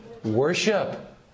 Worship